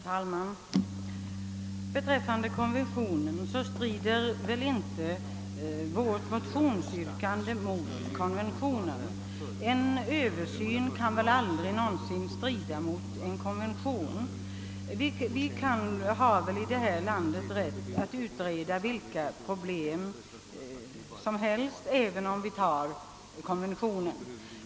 Herr talman! Vad beträffar konventionen strider inte vårt motionsyrkande mot denna. En översyn kan väl aldrig någonsin strida mot en konvention. Vi har väl i detta land rätt att utreda vilka problem som helst, även om vi antar konventionen.